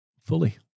fully